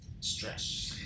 stress